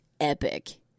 epic